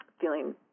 feeling